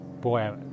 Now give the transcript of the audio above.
boy